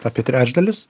apie trečdalis